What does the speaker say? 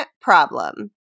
problem